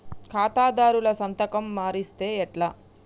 ఖాతాదారుల సంతకం మరిస్తే ఎట్లా?